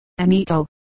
Anito